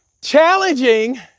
challenging